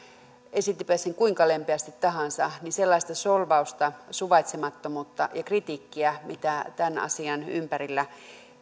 esittipä sen kuinka lempeästi tahansa niin sellaista solvausta suvaitsemattomuutta ja kritiikkiä mitä tämän asian ympärillä